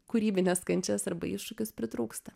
kūrybines kančias arba iššūkis pritrūksta